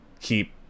keep